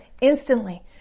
instantly